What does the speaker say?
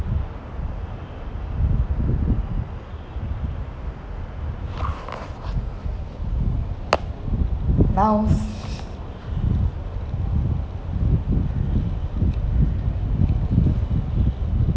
miles